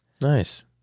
Nice